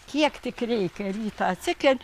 kiek tik reikia rytą atsikel